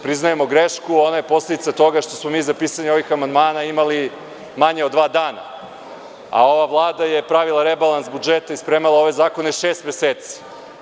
Priznajemo grešku, ona je posledica toga što smo mi za pisanje ovih amandmana imali manje od dva dana, a ova Vlada je pravila rebalans budžeta i spremala ove zakone šest meseci.